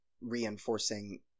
reinforcing